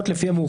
ולפי זה...